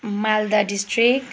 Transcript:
Malda district